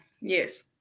yes